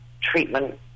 treatment